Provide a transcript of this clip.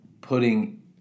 putting